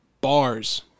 bars